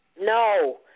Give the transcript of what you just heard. no